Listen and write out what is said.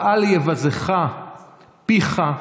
ואל יבזך פיך,